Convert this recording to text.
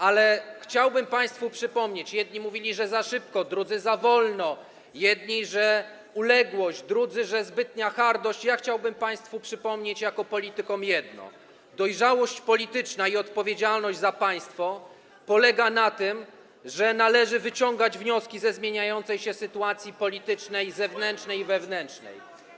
Ale chciałbym państwu przypomnieć - jedni mówili, że za szybko, drudzy, że za wolno, jedni, że uległość, drudzy, że zbytnia hardość - jako politykom jedno: dojrzałość polityczna i odpowiedzialność za państwo polegają na tym, że należy wyciągać wnioski ze zmieniającej się sytuacji politycznej zewnętrznej i wewnętrznej.